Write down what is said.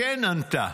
'כן, ענתה,